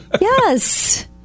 Yes